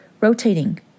rotating